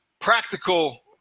practical